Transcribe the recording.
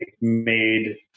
made